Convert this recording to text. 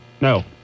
No